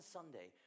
Sunday